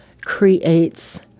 creates